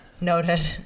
noted